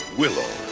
willow